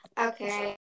Okay